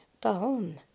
down